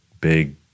big